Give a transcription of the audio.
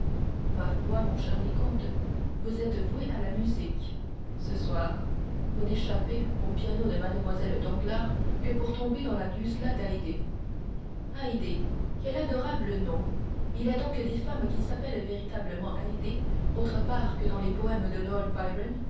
ma foi mon cher vicomte vous êtes voué à la musique ce soir vous n'échappez au piano de mlle danglars que pour tomber dans la guzla d'haydée haydée quel adorable nom il y a donc des femmes qui s'appellent véritablement haydée autre part que dans les poèmes de